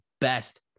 best